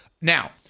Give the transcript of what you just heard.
Now